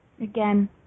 Again